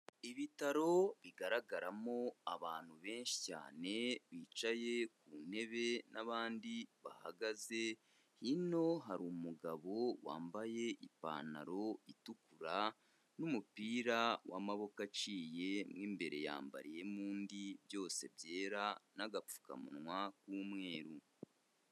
Ibitaro bigaragaramo abantu benshi cyane bicaye ku ntebe n'abandi bahagaze, hino hari umugabo wambaye ipantaro itukura n'umupira w'amaboko aciye mw'imbere yambariyemo undi byose byera n'agapfukamunwa k'umweru.